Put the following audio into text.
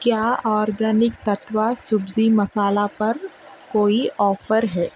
کیا آرگینک تتوہ سبزی مصالحہ پر کوئی آفر ہے